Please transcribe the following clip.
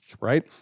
right